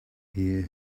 here